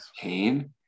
pain